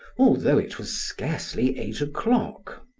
although it was scarcely eight o'clock.